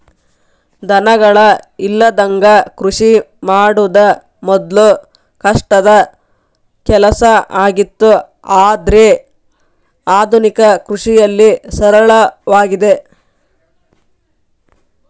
ದನಗಳ ಇಲ್ಲದಂಗ ಕೃಷಿ ಮಾಡುದ ಮೊದ್ಲು ಕಷ್ಟದ ಕೆಲಸ ಆಗಿತ್ತು ಆದ್ರೆ ಆದುನಿಕ ಕೃಷಿಯಲ್ಲಿ ಸರಳವಾಗಿದೆ